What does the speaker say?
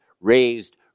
raised